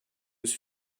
was